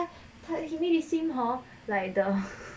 after that 他他 he made it seem hor like the